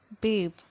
babe